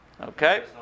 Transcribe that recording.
Okay